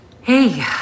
hey